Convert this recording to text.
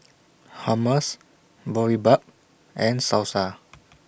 Hummus Boribap and Salsa